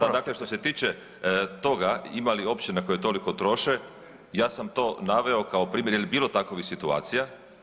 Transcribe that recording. Aha, dakle što se tiče toga ima li općina koje toliko troše, ja sam to naveo kao primjer jer je bilo takovih situacija.